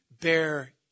bear